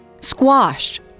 squashed